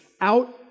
out